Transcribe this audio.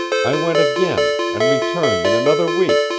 i went again, and returned in another week,